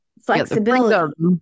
flexibility